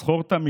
/ זכור תמיד,